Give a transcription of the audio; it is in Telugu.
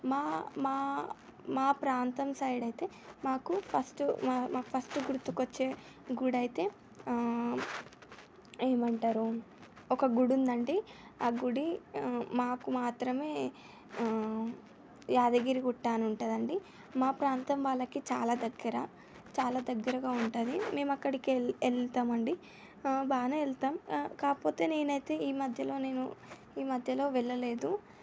మా మా మా ప్రాంతం సైడ్ అయితే మాకు ఫస్ట్ మాకు ఫస్ట్ గుర్తుకి వచ్చే గుడి అయితే ఏమంటారు ఒక గుడి ఉంది అండి ఆ గుడి మాకు మాత్రమే యాదగిరిగుట్ట అని ఉంటుందండి మా ప్రాంతం వాళ్ళకి చాలా దగ్గర చాలా దగ్గరగా ఉంటుంది మేము ఎక్కడికి వెళ్ళి వెళతాము అండి బాగానే వెళతాము కాకపోతే నేను అయితే ఈ మధ్యలో నేను ఈ మధ్యలో వెళ్ళలేదు